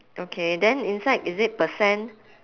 okay then inside is it percent